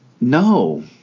no